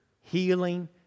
healing